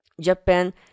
Japan